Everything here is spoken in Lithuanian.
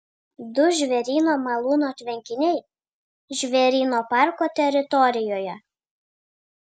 du žvėryno malūno tvenkiniai žvėryno parko teritorijoje